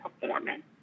performance